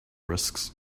risks